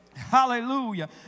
Hallelujah